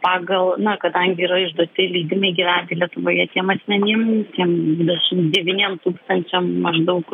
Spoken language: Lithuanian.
pagal na kadangi yra išduoti leidimai gyventi lietuvoje tiem asmenim tiem dvidešim devyniem tūkstančiam maždaug